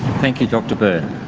thank you dr. byrne!